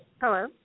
Hello